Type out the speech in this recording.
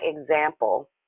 example